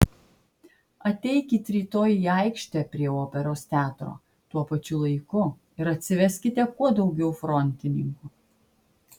ateikit rytoj į aikštę prie operos teatro tuo pačiu laiku ir atsiveskite kuo daugiau frontininkų